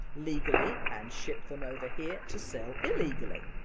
legally and shipped them over here to sell illegally.